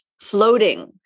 floating